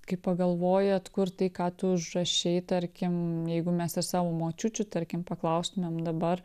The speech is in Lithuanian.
kai pagalvoji atkurt tai ką tu užrašei tarkim jeigu mes ir savo močiučių tarkim paklaustumėm dabar